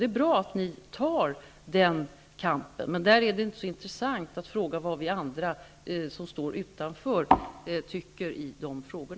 Det är bra att ni tar den kampen, men där är det inte så intressant att fråga vad vi andra tycker som står utanför.